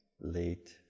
late